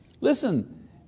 listen